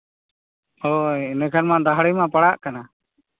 ᱦᱳᱭ ᱤᱱᱟᱹ ᱠᱷᱟᱱ ᱢᱟ ᱫᱟᱹᱦᱲᱤ ᱢᱟ ᱯᱟᱲᱟᱜ ᱠᱟᱱᱟ